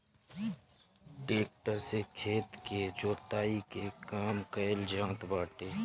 tractor से खेत के जोताई के काम कइल जात बाटे